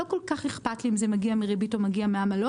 ולא כל כך אכפת לי אם זה מגיע מריבית או מגיע מעמלות.